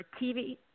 TV